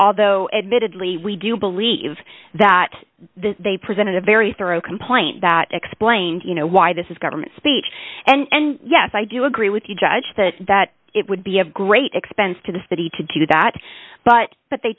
although admittedly we do believe that they presented a very thorough complaint that explained you know why this is government speech and yes i do agree with you judge that that it would be of great expense to the city to do that but but they